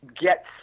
get